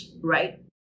right